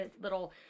little